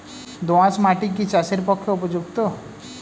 দোআঁশ মাটি কি চাষের পক্ষে উপযুক্ত?